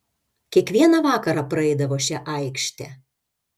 kiekvieną vakarą praeidavo šia aikšte